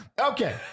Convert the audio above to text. Okay